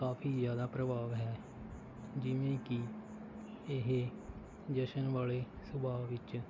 ਕਾਫੀ ਜ਼ਿਆਦਾ ਪ੍ਰਭਾਵ ਹੈ ਜਿਵੇਂ ਕਿ ਇਹ ਜਸ਼ਨ ਵਾਲੇ ਸੁਭਾਅ ਵਿੱਚ